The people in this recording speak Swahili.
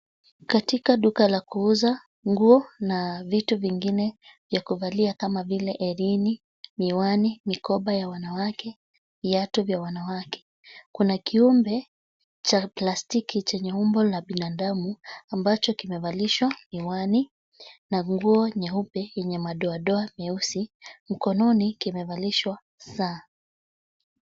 Katika duka la kuuza nguo na vitu vingine vya kuvalia kama vile herini, miwani, mikoba ya wanawake, viatu vya wanawake. Kuna kiumbe cha plastiki chenye umbo la binadamu, ambacho kimevalishwa miwani na nguo nyeupe yenye madodoa meusi. Mkononi kimevalishwa saa.